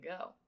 go